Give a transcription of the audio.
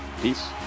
Peace